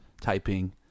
typing